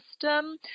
system